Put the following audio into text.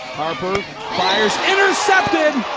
harper fires. intercepted!